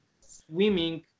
swimming